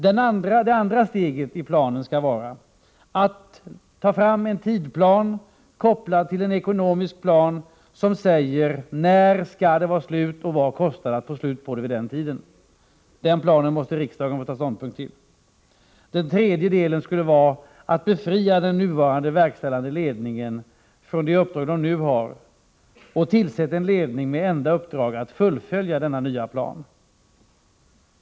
Det andra steget skulle vara att ta fram en tidplan — kopplad till en ekonomisk plan — som anger när det skall vara slut och vad det kostar att få slut på det vid den tidpunkten. Den planen måste riksdagen få ta ställning till. Det tredje steget skulle vara att befria den nuvarande verkställande ledningen från det uppdrag den nu har och tillsätta en ny ledning med det enda uppdraget att fullfölja denna nya plan.